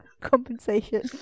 Compensation